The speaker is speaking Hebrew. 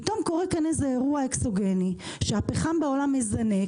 פתאום קורה אירוע אקסוגני, הפחם בעולם מזנק